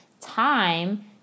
time